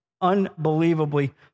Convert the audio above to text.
unbelievably